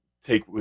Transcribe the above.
take